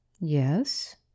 Yes